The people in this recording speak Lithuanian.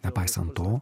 nepaisant to